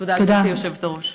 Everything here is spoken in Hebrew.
תודה, גברתי היושבת-ראש.